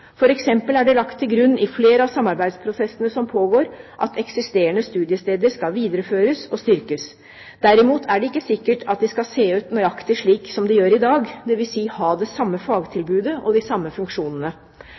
eksempel er det lagt til grunn i flere av samarbeidsprosessene som pågår, at eksisterende studiesteder skal videreføres og styrkes. Derimot er det ikke sikkert at de skal se ut nøyaktig slik som de gjør i dag, dvs. ha det samme